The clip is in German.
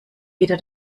wieder